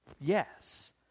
Yes